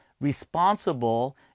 responsible